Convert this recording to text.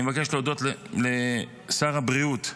אני מבקש להודות לשר הבריאות,